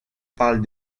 parlent